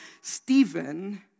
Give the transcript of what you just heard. Stephen